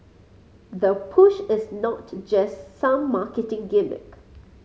the push is not just some marketing gimmick